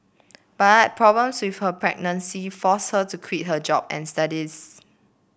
but problems with her pregnancy forced her to quit her job and studies